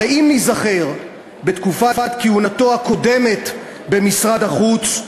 הרי אם ניזכר בתקופת כהונתו הקודמת במשרד החוץ,